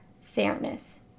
fairness